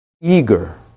eager